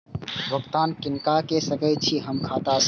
भुगतान किनका के सकै छी हम खाता से?